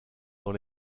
dans